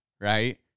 right